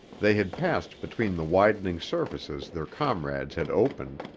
they had passed between the widening surfaces their comrades had opened,